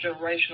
generational